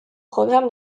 programme